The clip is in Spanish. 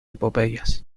epopeyas